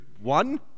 one